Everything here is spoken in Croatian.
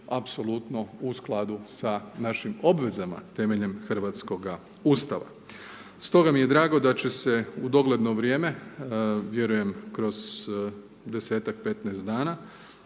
apsolutno u skladu sa našim obvezama temeljem Hrvatskoga ustava. Stoga mi je drago da će se u dogledno vrijeme, vjerujem kroz 10-15 dana